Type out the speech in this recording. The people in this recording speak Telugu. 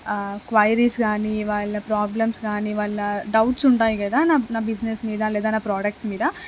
క్వయిరీస్ కానీ వాళ్ళ ప్రాబ్లమ్స్ కానీ వాళ్ళ డౌట్సు ఉంటాయి కదా నా బిజినెస్ మీద లేదా నా ప్రాడక్ట్స్ మీద